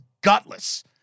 gutless